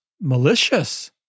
malicious